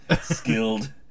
skilled